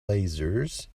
lasers